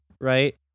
right